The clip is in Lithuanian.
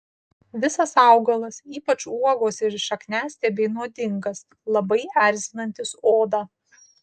visas augalas ypač uogos ir šakniastiebiai nuodingas labai erzinantis odą